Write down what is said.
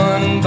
One